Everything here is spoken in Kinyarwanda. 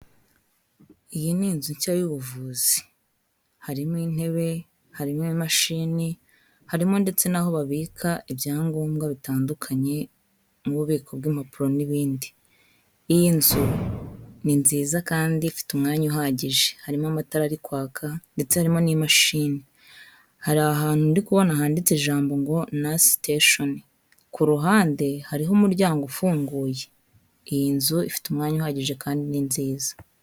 Iyi ni inzu nshya y'ubuvuzi, harimo intebe, harimo imashini, harimo ndetse n'aho babika ibyangombwa bitandukanye nk'ububiko bw'impapuro n'ibindi, iyi nzu ni nziza kandi ifite umwanya uhagije, harimo amatara ari kwaka ndetse harimo n'imashini, hari ahantu ndi kubona handitse ijambo ngo "Nurse Station", ku ruhande hariho umuryango ufunguye, iyi nzu ifite umwanya uhagije kandi ni nziza.